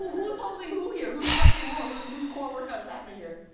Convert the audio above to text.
who's holding who here? who's flexing more? whose whose core workout is happening here?